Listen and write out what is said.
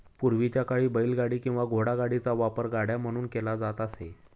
पूर्वीच्या काळी बैलगाडी किंवा घोडागाडीचा वापर गाड्या म्हणून केला जात असे